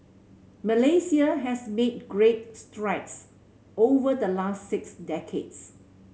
Malaysia has made great strides over the last six decades